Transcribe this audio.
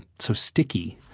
so sticky.